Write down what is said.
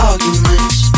Arguments